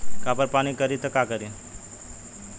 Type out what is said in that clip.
Copper पान करी तब का करी?